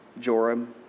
Joram